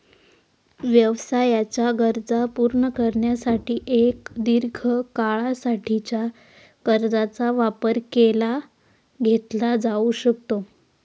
व्यवसायाच्या गरजा पूर्ण करण्यासाठी एक दीर्घ काळा साठीच्या कर्जाचा वापर केला घेतला जाऊ शकतो